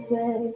Say